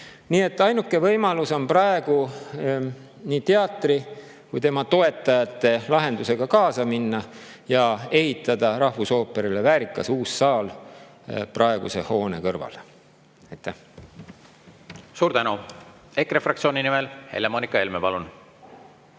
Nii et ainuke võimalus on praegu nii teatri kui ka tema toetajate lahendusega kaasa minna ja ehitada rahvusooperile väärikas uus saal praeguse hoone kõrvale. Aitäh! Suur tänu! EKRE fraktsiooni nimel Helle-Moonika Helme, palun!